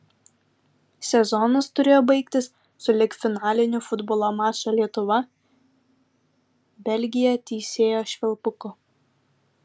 sezonas turėjo baigtis sulig finaliniu futbolo mačo lietuva belgija teisėjo švilpuku